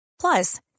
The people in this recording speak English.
Plus